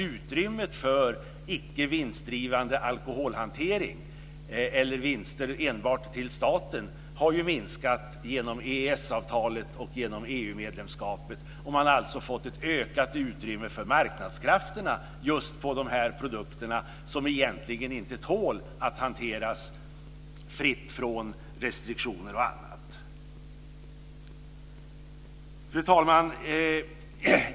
Utrymmet för icke vinstdrivande alkoholhantering eller vinster enbart till staten har ju minskat genom EES avtalet och genom EU-medlemskapet. Man har alltså fått ett ökat utrymme för marknadskrafterna just på de här produkterna som egentligen inte tål att hanteras fritt från restriktioner och annat. Fru talman!